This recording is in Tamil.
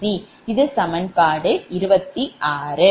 இது சமன்பாடு 26